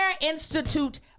Institute